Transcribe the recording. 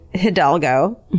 Hidalgo